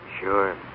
Sure